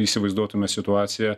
įsivaizduotume situaciją